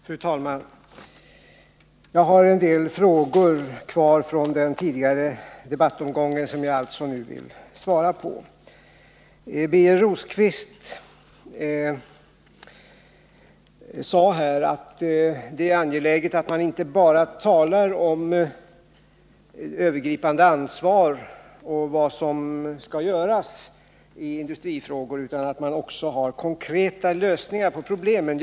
Fru talman! Från den tidigare debattomgången blev det kvar en del frågor, som jag alltså nu vill svara på. Birger Rosqvist sade att det är angeläget att man inte bara talar om övergripande ansvar och vad som skall göras i industrifrågor utan också har konkreta lösningar på problemen.